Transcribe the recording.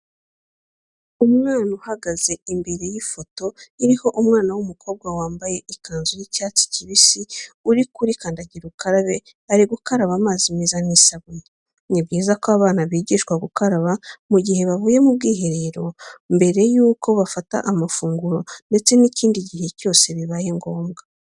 Umwana uhagaze imbere y'ifoto iriho umwana w'umukobwa wamabaye ikanzu y'icyatsi kibisi uri kuri kandagirukarabe ari gukaraba n'amazi meza n'isabune . Ni byiza ko abana bigishwa gukaraba mu gihe bavuye mu bwiherero, mbere yo gufata amafunguro ndetse n'ikindi gihe cyose bibaye ngombwa.